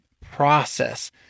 process